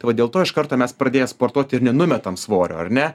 tai va dėl to iš karto mes pradėję sportuoti ir nenumetam svorio ar ne